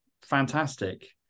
fantastic